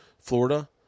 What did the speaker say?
Florida